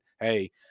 hey